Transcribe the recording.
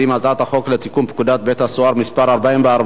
הצעת החוק לתיקון פקודת בתי-הסוהר (מס' 44),